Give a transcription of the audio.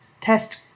test